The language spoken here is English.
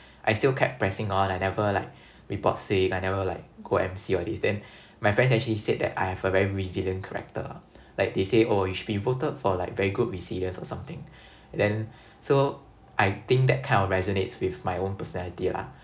I still kept pressing on I never like report sick I never like go M_C all this then my friends actually said that I have a very resilient character like they say oh you should be voted for like very good resilience or something and then so I think that kind of resonates with my own personality lah